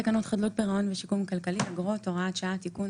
תקנות חדלות פירעון ושיקום כלכלי (אגרות) (הוראת שעה) (תיקון),